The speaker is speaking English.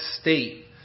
state